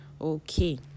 okay